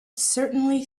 certainly